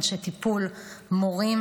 אנשי טיפול ומורים,